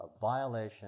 violation